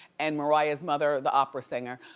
and mariah's mother, the opera singer.